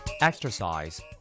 Exercise